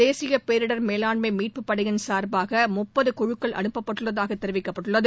தேசிய பேரிடர் மேலாண்மை மீட்பு படையின் சார்பாக முப்பது குழுக்கள் அனுப்பப்பட்டுள்ளதாக தெரிவிக்கப்பட்டது